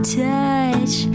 touch